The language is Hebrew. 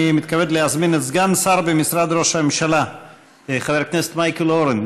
אני מתכבד להזמין את סגן השר במשרד ראש הממשלה חבר הכנסת מייקל אורן